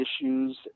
issues